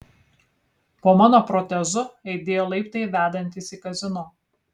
po mano protezu aidėjo laiptai vedantys į kazino